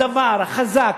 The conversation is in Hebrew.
הדבר החזק,